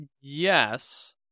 yes